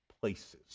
places